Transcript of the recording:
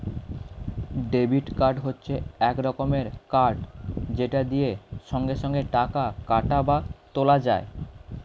debit card হচ্ছে এক রকমের কার্ড যেটা দিয়ে সঙ্গে সঙ্গে টাকা কাটা বা তোলা যায়